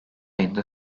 ayında